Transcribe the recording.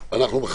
אם היה לי זמן,